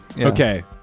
Okay